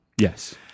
Yes